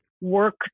work